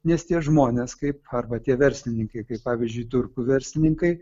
nes tie žmonės kaip arba tie verslininkai kaip pavyzdžiui turkų verslininkai